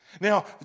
Now